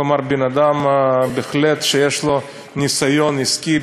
כלומר בן-אדם שבהחלט יש לו ניסיון עסקי,